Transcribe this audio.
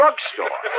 drugstore